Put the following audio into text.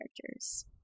characters